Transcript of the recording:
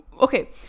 Okay